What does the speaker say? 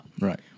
Right